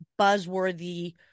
buzzworthy